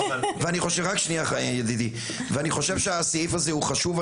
ואני חושב שהסעיף הזה הוא חשוב.